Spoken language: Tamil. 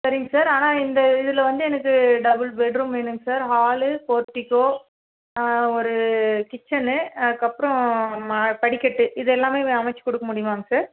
சரிங்க சார் ஆனால் இந்த இதில் வந்து எனக்கு டபுள் பெட்ரூம் வேணுங்க சார் ஹாலு போர்டிகோ ஒரு கிச்சனு அதுக்கப்புறம் மா படிக்கட்டு இது எல்லாமே வே அமைச்சு கொடுக்க முடியுமாங்க சார்